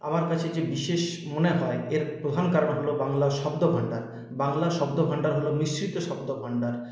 আমার কাছে যে বিশেষ মনে হয় এর প্রধান কারণ হল বাংলার শব্দভাণ্ডার বাংলার শব্দভাণ্ডার হল মিশ্রিত শব্দভাণ্ডার